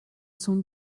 sun